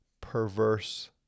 perverse